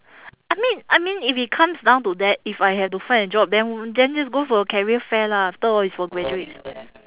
I mean I mean if it comes down to that if I have to find a job then then just go for career fair lah after all it's for graduates